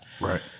Right